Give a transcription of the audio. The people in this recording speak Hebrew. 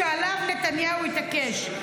שעליו נתניהו התעקש.